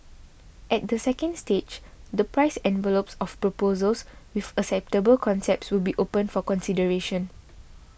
at the second stage the price envelopes of proposals with acceptable concepts will be opened for consideration